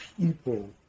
people